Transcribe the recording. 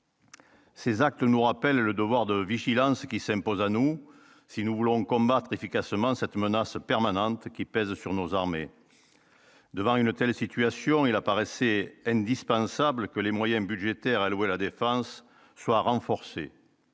Ces actes nous rappelle le devoir de vigilance qui s'impose à nous, si nous voulons combattre efficacement cette menace permanente qui pèse sur nos armées devant une telle situation, il apparaissait indispensable que les moyens budgétaires alloués à la défense soient renforcés,